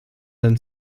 than